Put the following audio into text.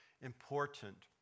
important